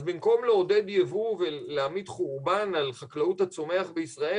אז במקום לעודד ייבוא ולהמיט חורבן על חקלאות הצומח בישראל,